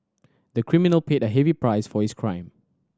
the criminal paid a heavy price for his crime